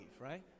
right